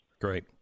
Great